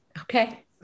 Okay